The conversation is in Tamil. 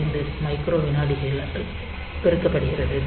085 மைக்ரோ விநாடிகளால் பெருக்கப்படுகிறது